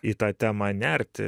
į tą temą nerti